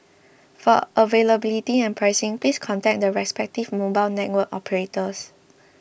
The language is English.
for availability and pricing please contact the respective mobile network operators